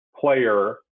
player